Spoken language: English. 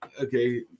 Okay